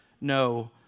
no